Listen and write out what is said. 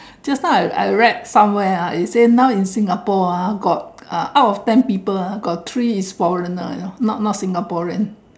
just now I I read somewhere ah it say now in Singapore ah got uh out of ten people ah got three is foreigner you know not not Singaporean